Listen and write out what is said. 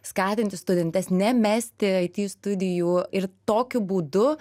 skatinti studentes nemesti it studijų ir tokiu būdu